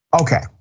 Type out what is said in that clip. Okay